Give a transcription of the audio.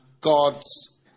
God's